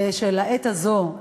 שלעת הזאת,